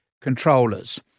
controllers